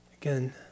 Again